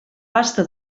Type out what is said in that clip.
pasta